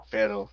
Pero